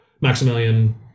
Maximilian